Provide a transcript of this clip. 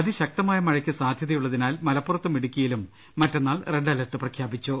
അതിശക്തമായ മഴയ്ക്ക് സാധ്യതയുളളതിനാൽ മലപ്പുറത്തും ഇടുക്കിയിലും മറ്റന്നാൾ റെഡ് അലർട്ട് പ്രഖ്യാപിച്ചു